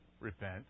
repent